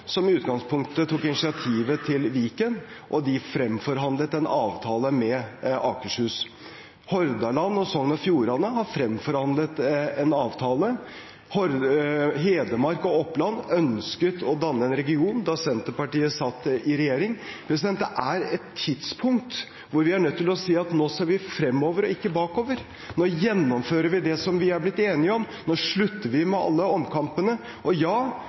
som i utgangspunktet tok initiativet til Viken, og de fremforhandlet en avtale med Akershus. Hordaland og Sogn og Fjordane har fremforhandlet en avtale. Hedmark og Oppland ønsket å danne en region da Senterpartiet satt i regjering. Det er et tidspunkt hvor vi er nødt til å si at nå ser vi fremover og ikke bakover, nå gjennomfører vi det som vi er blitt enige om, nå slutter vi med alle omkampene. Og ja,